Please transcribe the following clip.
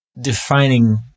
defining